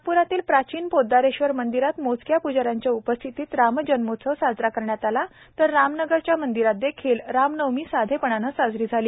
नागप्रातील प्रचिन पोद्दारेश्वर मंदिरात मोचक्या पूजाऱ्यांच्या उपस्थितीत रामजन्मोत्सव साजरा करण्यात आला तर रामनगरच्या मंदिरात देखील रामनवमी साधे पणाने साजरी झाली